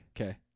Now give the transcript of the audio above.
Okay